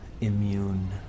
immune